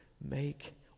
make